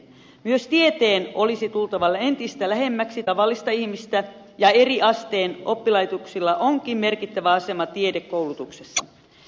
myös tieteen olisi tultava entistä lähemmäksi tavallista ihmistä ja eriasteen oppilaitoksilla onkin merkittävä asema tiedekoulutuksessa